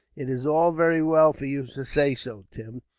it's all very well for you to say so, tim,